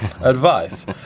advice